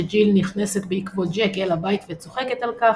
שג'יל נכנסת בעקבות ג'ק אל הבית וצוחקת על כך,